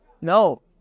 No